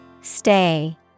Stay